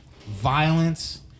violence